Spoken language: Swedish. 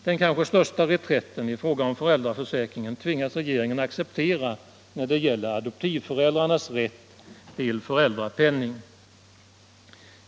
Den kanske största reträtten i fråga om föräldraförsäkringen tvingas regeringen acceptera när det gäller adoptivföräldrars rätt till föräldrapenning.